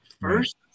first